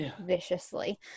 viciously